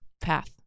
path